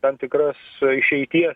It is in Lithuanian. tam tikras išeities